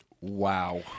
Wow